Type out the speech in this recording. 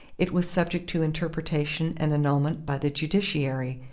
it was subject to interpretation and annulment by the judiciary,